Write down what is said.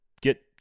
get